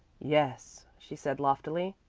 yes, she said loftily.